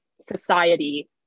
society